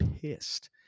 pissed